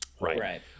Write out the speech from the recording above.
Right